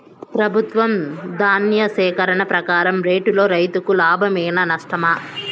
ప్రభుత్వం ధాన్య సేకరణ ప్రకారం రేటులో రైతుకు లాభమేనా నష్టమా?